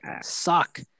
suck